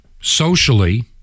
socially